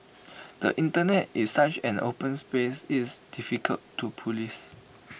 the Internet is such an open space it's difficult to Police